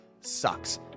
sucks